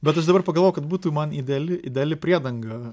bet aš dabar pagalvojau kad būtų man ideali ideali priedanga